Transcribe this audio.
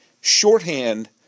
shorthand